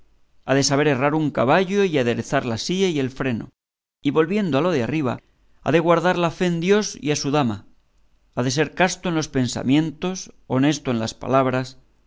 de saber herrar un caballo y aderezar la silla y el freno y volviendo a lo de arriba ha de guardar la fe a dios y a su dama ha de ser casto en los pensamientos honesto en las palabras